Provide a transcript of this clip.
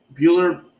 Bueller